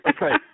Okay